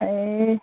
ए